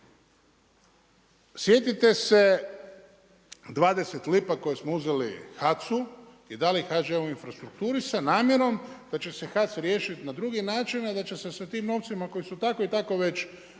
Sjetite se 20 lipa koje smo uzeli HAC-u i dali HŽ-ovom infrastrukturi sa namjerom da će se HAC riješiti na drugi način, a da će se sa tim novcima koji su tako i tako već